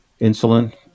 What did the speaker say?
insulin